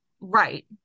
Right